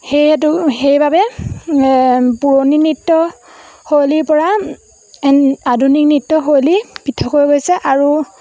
সেই হেতুকে সেইবাবে পুৰণি নৃত্য শৈলীৰপৰা আধুনিক নৃত্য শৈলী পৃথকৈ গৈছে আৰু